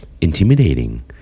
intimidating